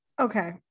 okay